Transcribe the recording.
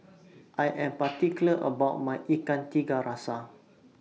I Am particular about My Ikan Tiga Rasa